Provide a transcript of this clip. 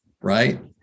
right